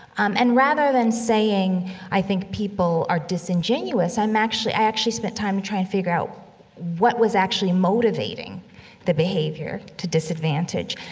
um, and rather than saying i think people are disingenuous, i'm actually i actually spent time trying to figure out what was actually motivating the behavior to disadvantage.